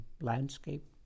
landscape